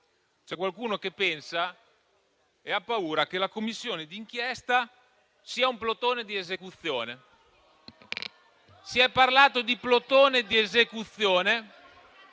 c'è qualcuno che pensa e ha paura che la Commissione d'inchiesta sia un plotone di esecuzione. Si è parlato di plotone di esecuzione.